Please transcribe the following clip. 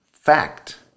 Fact